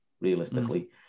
realistically